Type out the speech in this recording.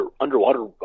underwater